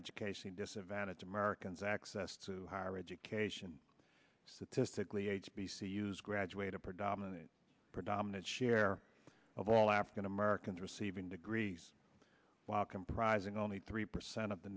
education disadvantaged americans access to higher education statistically h b c u's graduate a predominant predominant share of all african americans receiving degrees while comprising only three percent of the